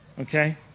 okay